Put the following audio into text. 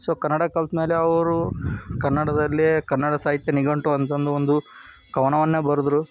so Kannada ಕಲ್ತ ಮೇಲೆ ಅವರು ಕನ್ನಡದಲ್ಲಿಯೇ ಕನ್ನಡ ಸಾಹಿತ್ಯ ನಿಘಂಟು ಅಂತಂದು ಒಂದು ಕವನವನ್ನೇ ಬರೆದ್ರು